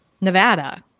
Nevada